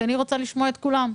כי אני רוצה לשמוע את כולם,